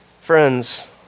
Friends